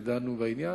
כשדנו בעניין,